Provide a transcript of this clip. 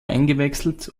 eingewechselt